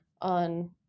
on